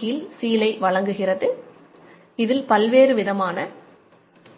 கீழ் சீலை பயன்படுத்தப்படுகின்றன